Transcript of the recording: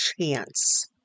chance